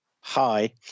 hi